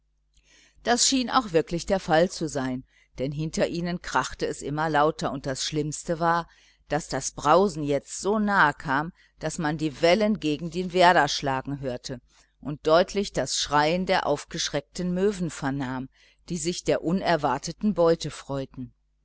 das schien auch wirklich der fall zu sein denn hinter ihnen krachte es immer lauter und das schlimmste war daß das brausen jetzt so nahe kam daß man die wellen gegen die werder schlagen hörte und deutlich das schreien der aufgeschreckten möwen vernahm die sich der unerwarteten beute freuten